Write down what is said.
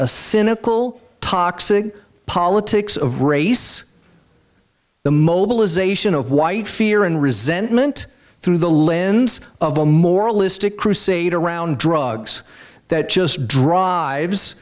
a cynical toxic politics of race the mobilization of white fear and resentment through the lens of a moralistic crusade around drugs that just drives